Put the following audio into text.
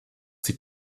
sie